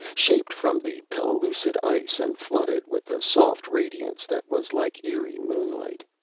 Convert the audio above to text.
shaped from the pellucid ice and flooded with the soft radiance that was like eerie moonlight.